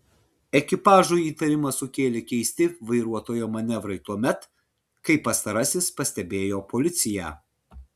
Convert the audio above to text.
ekipažui įtarimą sukėlė keisti vairuotojo manevrai tuomet kai pastarasis pastebėjo policiją